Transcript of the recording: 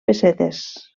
pessetes